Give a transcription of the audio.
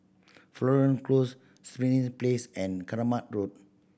Florence Close Springs Place and Kramat Road